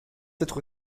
être